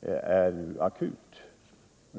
för utnyttjande av alternativa bränslen är akut.